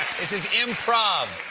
this is improv.